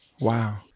Wow